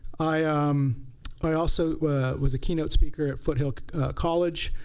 i um i also was a keynote speaker at foothill college.